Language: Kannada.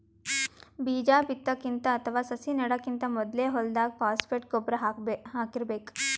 ಬೀಜಾ ಬಿತ್ತಕ್ಕಿಂತ ಅಥವಾ ಸಸಿ ನೆಡಕ್ಕಿಂತ್ ಮೊದ್ಲೇ ಹೊಲ್ದಾಗ ಫಾಸ್ಫೇಟ್ ಗೊಬ್ಬರ್ ಹಾಕಿರ್ಬೇಕ್